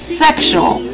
sexual